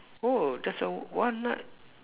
oh there's a walnut